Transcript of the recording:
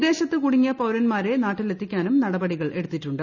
വിദേശത്ത് കുടുങ്ങിയ പൌരന്മാരെ നാട്ടിൽ എത്തിക്കാനും നടപടികൾ എടുത്തി ട്ടുണ്ട്